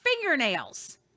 fingernails